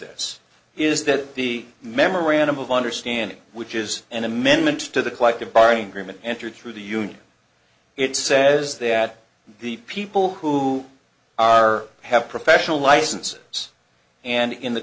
this is that the memorandum of understanding which is an amendment to the collective bargaining agreement entered through the union it says that the people who are have professional licenses and in the